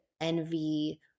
envy